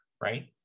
right